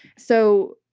so,